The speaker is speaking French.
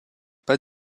pas